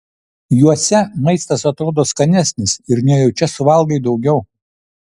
juose maistas atrodo skanesnis ir nejučia suvalgai daugiau